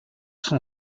son